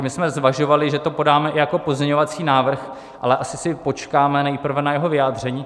My jsme zvažovali, že to podáme i jako pozměňovací návrh, ale asi si počkáme nejprve na jeho vyjádření.